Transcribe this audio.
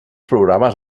programes